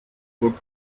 could